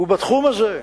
בתחום הזה,